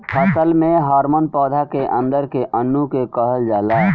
फसल में हॉर्मोन पौधा के अंदर के अणु के कहल जाला